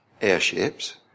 airships